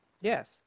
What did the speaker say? Yes